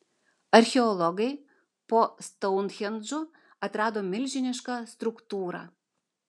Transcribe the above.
archeologai po stounhendžu atrado milžinišką struktūrą